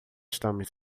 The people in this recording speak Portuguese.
estamos